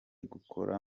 gukora